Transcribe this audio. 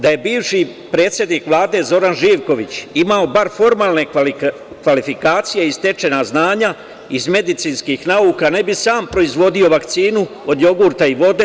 Da je bivši predsednik Vlade Zoran Živković imao bar formalne kvalifikacije i stečena znanja iz medicinskih nauka ne bi sam proizvodio vakcinu od jogurta i vode.